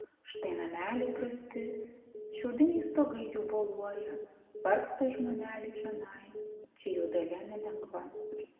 štai nameliai prasti šiaudiniai stogai jų boluoja vargsta žmoneliai čionai čia jų dalia nelengva